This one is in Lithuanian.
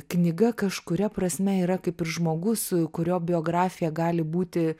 knyga kažkuria prasme yra kaip ir žmogus kurio biografija gali būti